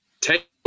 take